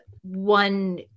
one